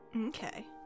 Okay